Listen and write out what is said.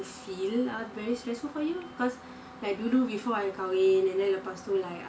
feel very stressful for you cause I do do before I go in and then you are to like